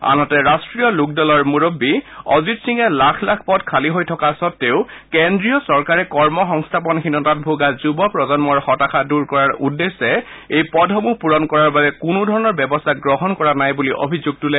আনহাতে ৰাষ্ট্ৰীয় লোকদলৰ মূৰববী অজিত সিঙে লাখ লাখ পদ খালী হৈ থকা সদ্বেও কেন্দ্ৰীয় চৰকাৰে কৰ্ম সংস্থাপনহীনতাত ভোগা যুৱ প্ৰজন্মৰ হতাশা দূৰ কৰাৰ উদ্দেশ্যে এই পদসমূহ পূৰণ কৰাৰ বাবে কোনোধৰণৰ ব্যৱস্থা গ্ৰহণ কৰা নাই বুলি অভিযোগ তোলে